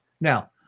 Now